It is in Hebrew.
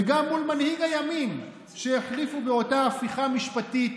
וגם מול מנהיג הימין שהחליפו באותה הפיכה משפטית,